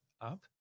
up